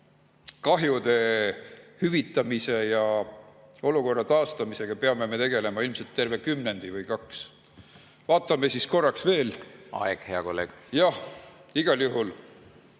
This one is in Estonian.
Kahjude hüvitamise ja olukorra taastamisega peame me tegelema ilmselt terve kümnendi või kaks. Vaatame korraks veel … Aeg, hea kolleeg! Jah, igal juhul